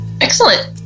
excellent